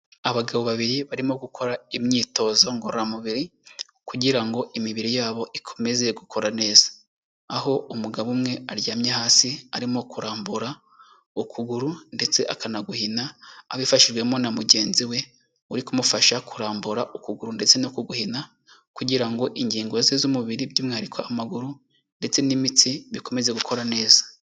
Abagabo babiri barimo gukora imyitozo ngororamubiri, kugirango imibiri yabo ikomeze gukora neza aho umugabo umwe aryamye hasi arimo kurambura ukuguru ndetse akanaguhina abifashijwemo na mugenzi we uri kumufasha kurambura ukuguru, ndetse no guhina kugira ngo ingingo ze z'umubiri by'umwihariko amaguru ndetse n'imitsi bikomeze gukora neza.